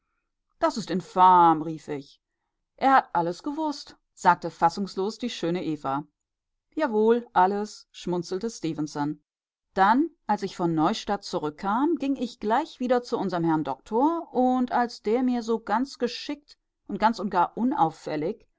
das ist infam rief ich er hat alles gewußt sagte fassungslos die schöne eva jawohl alles schmunzelte stefenson dann als ich von neustadt zurückkam ging ich gleich wieder zu unserem herrn doktor und als mir der so ganz geschickt und ganz und gar unauffällig